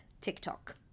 TikTok